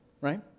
right